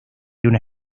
una